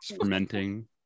fermenting